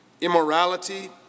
immorality